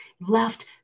left